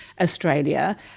Australia